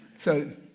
so